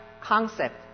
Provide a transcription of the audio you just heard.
concept